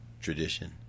tradition